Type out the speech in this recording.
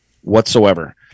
whatsoever